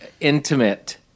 intimate